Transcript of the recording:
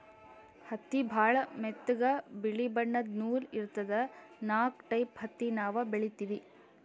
ಹತ್ತಿ ಭಾಳ್ ಮೆತ್ತಗ ಬಿಳಿ ಬಣ್ಣದ್ ನೂಲ್ ಇರ್ತದ ನಾಕ್ ಟೈಪ್ ಹತ್ತಿ ನಾವ್ ಬೆಳಿತೀವಿ